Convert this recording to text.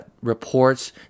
reports